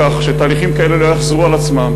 לכך שתהליכים כאלה לא יחזרו על עצמם,